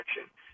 action